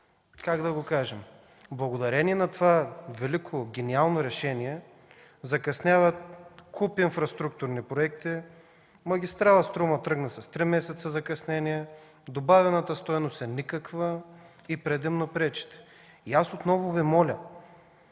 Орешарски. И благодарение на това велико, гениално решение закъсняват куп инфраструктурни проекти, магистрала „Струма” тръгна с три месеца закъснение, добавената стойност е никаква и предимно пречите. Аз отново Ви моля